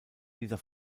dieser